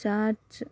charge